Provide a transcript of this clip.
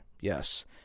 Yes